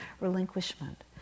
relinquishment